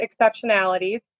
exceptionalities